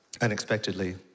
unexpectedly